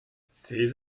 ces